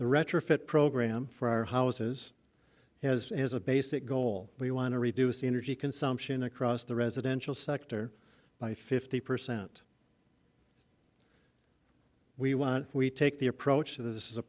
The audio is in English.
the retrofit program for our houses has as a basic goal we want to reduce the energy consumption across the residential sector by fifty percent we want we take the approach to this is a